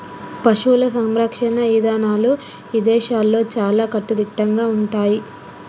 పశువుల సంరక్షణ ఇదానాలు ఇదేశాల్లో చాలా కట్టుదిట్టంగా ఉంటయ్యి